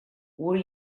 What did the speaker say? were